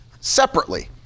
separately